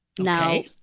Now